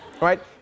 right